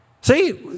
See